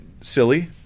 silly